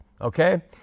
okay